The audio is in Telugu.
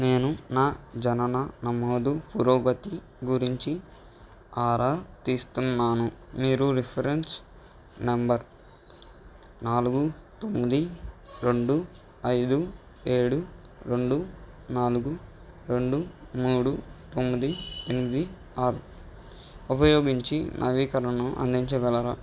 నేను నా జనన నమోదు పురోగతి గురించి ఆరా తీస్తున్నాను మీరు రిఫరెన్స్ నెంబర్ నాలుగు తొమ్మిది రెండు ఐదు ఏడు రెండు నాలుగు రెండు మూడు తొమ్మిది ఎనిమిది ఆరు ఉపయోగించి నవీకరణను అందించగలరా